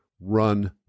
run